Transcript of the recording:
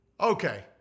Okay